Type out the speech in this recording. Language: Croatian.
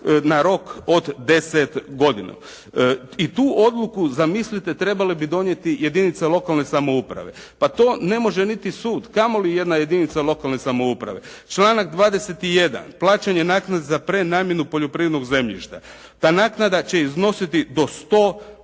na rok od 10 godina". I tu odluku, zamislite trebali bi donijeti jedinice lokalne samouprave. Pa to ne može niti sud, a kamo li jedna jedinica lokalne samouprave. Članak 21., plaćanje naknade za prenamjenu poljoprivrednog zemljišta. Pa naknada će iznositi do 100